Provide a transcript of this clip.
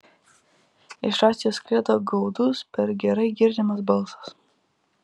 iš racijos sklido gaudus per gerai girdimas balsas